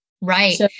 Right